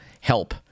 help